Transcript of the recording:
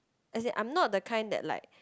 as in I'm not the kind that like